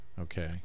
okay